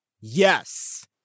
yes